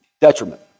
detriment